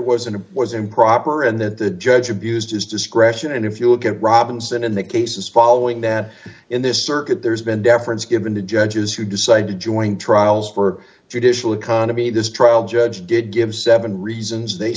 improper and that the judge abused his discretion and if you look at robinson in the cases following that in this circuit there's been deference given the judges who decide to join trials for judicial economy this trial judge did give seven reasons they